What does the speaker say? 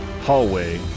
hallway